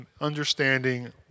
understanding